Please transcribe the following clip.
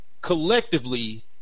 Collectively